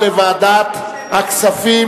לדיון מוקדם בוועדת הכספים